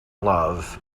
love